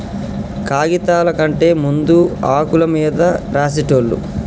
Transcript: కాగిదాల కంటే ముందు ఆకుల మీద రాసేటోళ్ళు